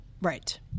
Right